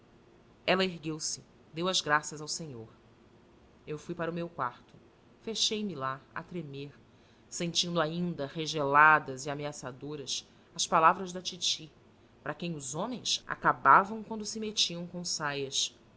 ela ergueu-se deu as graças ao senhor eu fui para o meu quarto fechei me lá a tremer sentindo ainda regeladas e ameaçadoras as palavras da titi para quem os homens acabavam quando se metiam com saias